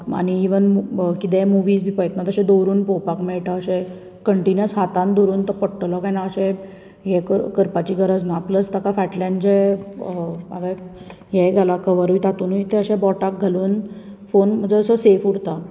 आनी इवन कितेंय मुवीज बीन पयत्ना अशें दवरून बी पळोवपाक मेळटा अशें कंटिन्यूस हातान दवरून तो पडटलो काय ना अशें हें करपाची गरज ना प्लस ताका फाटल्यान जें हांवे हें घाला कवरूय तातुनूय तें अशें बोटाक घालून फोन म्हणजे अशे सेफ उरता